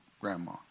grandma